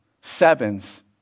sevens